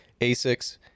ASICs